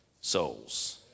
souls